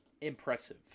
impressive